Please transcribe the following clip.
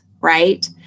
right